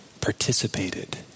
Participated